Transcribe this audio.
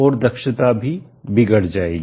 और दक्षता भी बिगड़ जाएगी